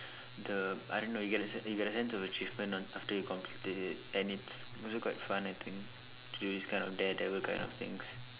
the I don't know you get a s~ you get a sense of achievement on after you completed it and it's also quite fun I think to do this kind of daredevil kind of things